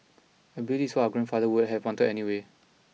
I believe this is what our grandfather would have wanted anyway